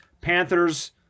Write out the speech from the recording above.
Panthers